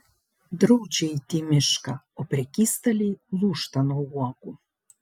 draudžia eiti į mišką o prekystaliai lūžta nuo uogų